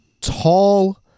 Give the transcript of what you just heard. tall